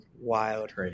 Wild